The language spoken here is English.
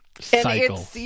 cycle